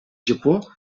japó